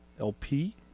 lp